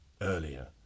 earlier